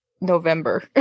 November